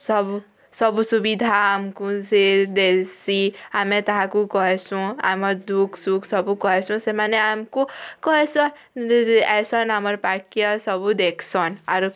ସବୁ ସବୁ ସୁବିଧା ଆମକୁ ସେ ଦେଇସି ଆମେ ତାହାକୁ କହିସୁଁ ଆମର ଦୁଃଖ୍ ସୁଖ୍ ସବୁ କହିସୁଁ ସେମାନେ ଆମକୁ କହିସନ୍ ଏ ସନ୍ ଆମର୍ ପାଇକ ସବ୍ ଦେଖ୍ସନ୍ ଆରୁ